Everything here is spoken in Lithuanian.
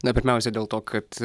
na pirmiausia dėl to kad